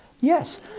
Yes